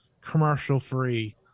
commercial-free